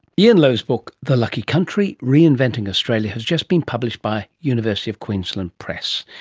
ian lowe's book the lucky country? reinventing australia has just been published by university of queensland press.